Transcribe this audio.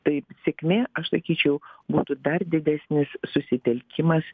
taip sėkmė aš sakyčiau būtų dar didesnis susitelkimas